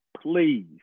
Please